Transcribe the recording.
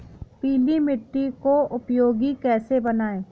पीली मिट्टी को उपयोगी कैसे बनाएँ?